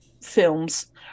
films